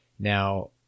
Now